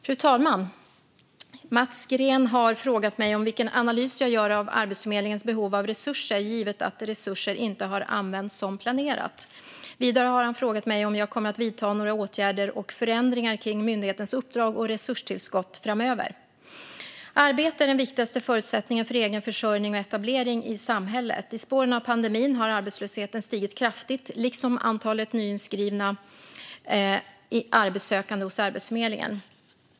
Fru talman! Mats Green har frågat mig vilken analys jag gör av Arbetsförmedlingens behov av resurser givet att resurser inte har använts som planerat. Vidare har han frågat mig om jag kommer att vidta några åtgärder och förändringar kring myndighetens uppdrag och resurstillskott framöver. Arbete är den viktigaste förutsättningen för egen försörjning och etablering i samhället. I spåren av pandemin har arbetslösheten stigit kraftigt, liksom antalet inskrivna arbetssökande hos Arbetsförmedlingen.